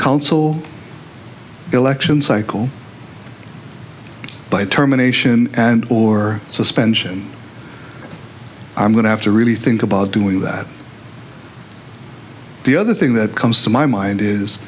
l election cycle but terminations and or suspension i'm going to have to really think about doing that the other thing that comes to my mind is